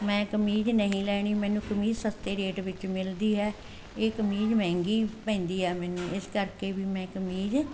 ਮੈਂ ਕਮੀਜ਼ ਨਹੀਂ ਲੈਣੀ ਮੈਨੂੰ ਕਮੀਜ਼ ਸਸਤੇ ਰੇਟ ਵਿੱਚ ਮਿਲਦੀ ਹੈ ਇਹ ਕਮੀਜ਼ ਮਹਿੰਗੀ ਪੈਂਦੀ ਹੈ ਮੈਨੂੰ ਇਸ ਕਰਕੇ ਵੀ ਮੈਂ ਕਮੀਜ਼